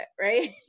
right